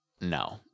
No